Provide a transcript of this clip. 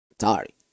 Sorry